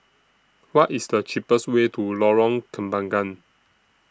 What IS The cheapest Way to Lorong Kembangan